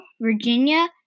Virginia